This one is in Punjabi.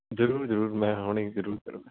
ਜਰੂਰ ਜਰੂਰ ਮੈਂ ਹੁਣੀ ਜਰੂਰ ਕਰਾਂਗਾ